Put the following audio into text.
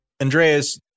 Andreas